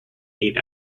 eight